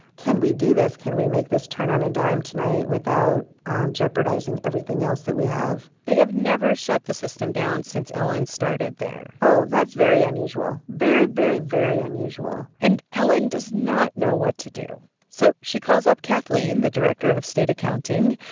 can we do this? can we make this turn on a dime tonight without jeopardizing everything else that we have? they have never shut the system down since ellen started there oh, that's very unusual very, very, very unusual and ellen does not know what to do. so she calls up kathleen, the director of state accounting.